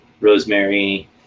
rosemary